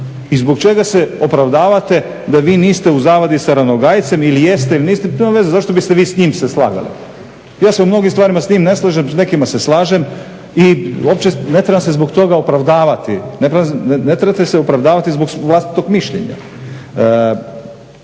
I zbog čega se opravdavate da vi niste u zavadi sa Ranogajcem ili jeste ili niste. Pa nema veze. Zašto biste vi s njim se slagali? Ja se u mnogim stvarima s njim slažem, s nekima se slažem i uopće ne trebam se zbog toga opravdavati, ne trebate se opravdavati zbog vlastitog mišljenja.